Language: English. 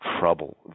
trouble